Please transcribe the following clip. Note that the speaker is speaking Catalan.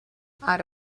ara